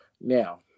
Now